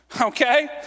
Okay